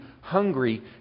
hungry